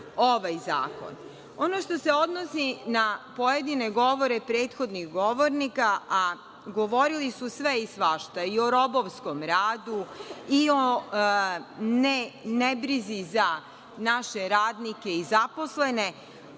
ovaj zakon. Ono što se odnosi na pojedine govore prethodnih govornika, a govorili su sve i svašta, i o robovskom radu i o nebrizi za naše radnike i zaposlene,